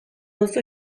duzu